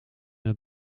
het